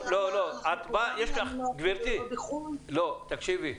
גברתי, תקשיבי,